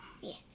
Yes